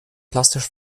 plastisch